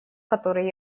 который